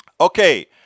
Okay